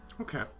Okay